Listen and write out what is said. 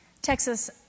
Texas